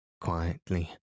quietly